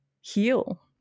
heal